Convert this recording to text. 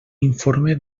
informe